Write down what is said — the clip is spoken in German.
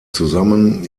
zusammen